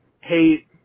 Hey